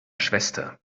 schwester